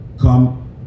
come